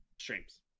streams